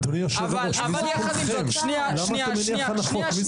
אדוני היושב ראש, למה אתה מניח הנחות?